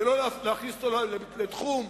ולא להכניס אותו לתחום